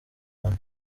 bantu